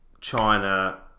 China